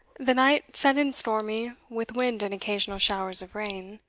the night set in stormy, with wind and occasional showers of rain.